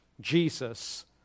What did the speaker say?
Jesus